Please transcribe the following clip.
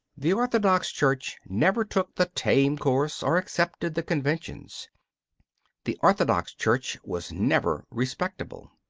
the orthodox church never took the tame course or accepted the conventions the orthodox church was never respectable.